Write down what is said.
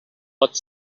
pot